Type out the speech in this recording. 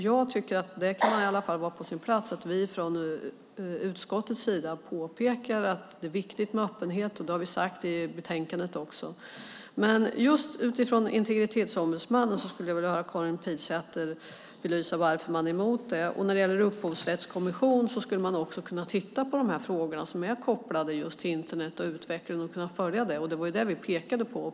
Jag tycker att det i alla fall kan vara på sin plats att vi från utskottets sida påpekar att det är viktigt med öppenhet - det har vi sagt i betänkandet också. Men när det gäller integritetsombudsmannen skulle jag vilja höra Karin Pilsäter belysa varför man är emot det. När det gäller upphovsrättskommissionen skulle man också kunna titta på de frågor som är kopplade just till Internet och utvecklingen och kunna följa det. Det var det vi pekade på.